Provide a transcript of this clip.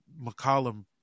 McCollum